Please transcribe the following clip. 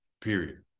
period